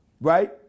right